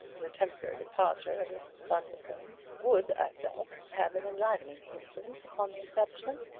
the temporary departure of mrs. bundercombe would, i felt, have an enlivening influence upon the establishment.